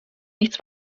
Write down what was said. nichts